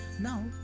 Now